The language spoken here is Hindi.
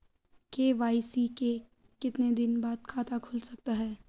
के.वाई.सी के कितने दिन बाद खाता खुल सकता है?